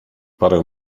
parę